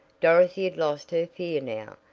dorothy had lost her fear now,